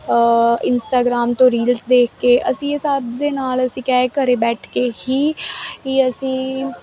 Instagram ਤੋਂ reels ਦੇਖ ਕੇ ਅਸੀਂ ਇਹ ਸਭ ਦੇ ਨਾਲ ਅਸੀਂ ਕਿਆ ਏ ਘਰ ਬੈਠ ਕੇ ਹੀ ਹੀ ਅਸੀਂ